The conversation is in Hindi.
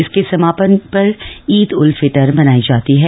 इसके समापन पर ईद उल फितर मनाई जाती है